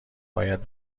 باید